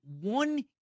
one